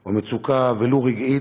או מצוקה, ולו רגעית,